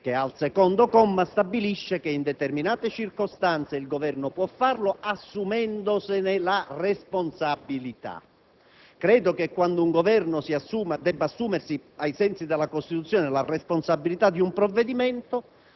al secondo comma, stabilisce che in determinate circostanze il Governo può emanarlo assumendosene la responsabilità. Quando un Governo deve assumersi, ai sensi della Costituzione, la responsabilità di un provvedimento,